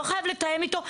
אני לא חייב לתאם איתו,